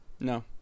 no